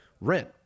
rent